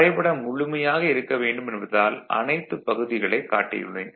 வரைபடம் முழுமையாக இருக்க வேண்டும் என்பதால் அனைத்து பகுதிகளைக் காட்டியுள்ளேன்